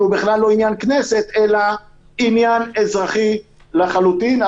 בכלל לא עניין לכנסת אלא עניין אזרחי לחלוטין.